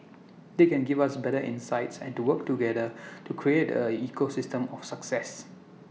they can give us better insights and to work together to create A ecosystem of success